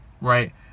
Right